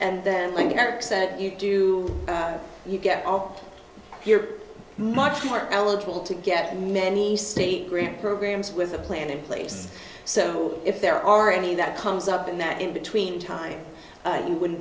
and then like i said you do you get off here much more eligible to get many state grant programs with a plan in place so if there are any that comes up in that in between time you wouldn't